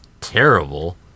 terrible